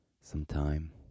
sometime